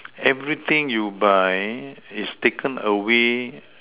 everything you buy is taken away